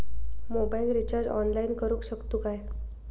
Mobile recharge online करुक शकतू काय?